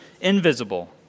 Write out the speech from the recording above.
invisible